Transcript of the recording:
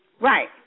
Right